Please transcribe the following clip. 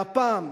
והפעם,